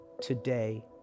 today